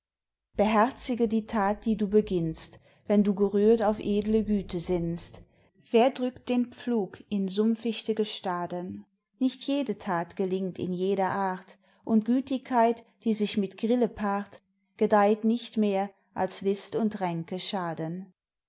beherzige die tat die du beginnst wenn du gerührt auf edle güte sinnst wer drückt den pflug in sumpfichte gestaden nicht jede tat gelingt in jeder art und gütigkeit die sich mit grille paart gedeiht nicht mehr als list und ränke schaden